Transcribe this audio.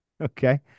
Okay